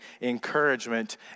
encouragement